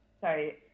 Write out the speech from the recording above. sorry